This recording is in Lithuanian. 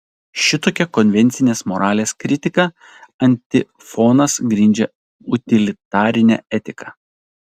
šitokia konvencinės moralės kritika antifonas grindžia utilitarinę etiką